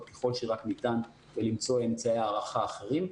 ככל שרק ניתן ולמצוא אמצעי הערכה אחרים,